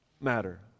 matter